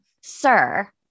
sir